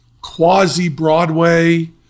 quasi-Broadway